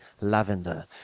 lavender